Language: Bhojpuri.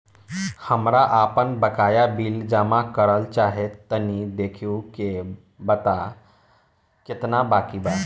हमरा आपन बाकया बिल जमा करल चाह तनि देखऽ के बा ताई केतना बाकि बा?